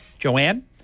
Joanne